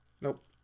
Nope